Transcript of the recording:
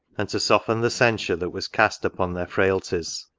and to soften the censure that was cast upon their frailties.